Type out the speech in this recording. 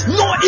no